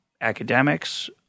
academics –